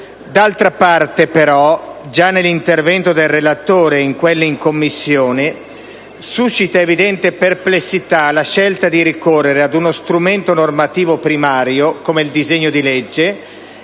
D'altra parte, però, già nell'intervento del relatore e in quelli in Commissione suscita evidente perplessità la scelta di ricorrere ad uno strumento normativo primario, come il disegno di legge,